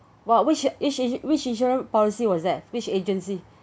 !wow! which is which in~ which insurance policy was that which agency